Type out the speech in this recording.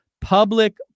public